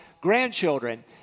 grandchildren